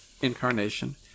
incarnation